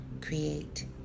create